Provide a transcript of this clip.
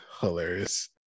hilarious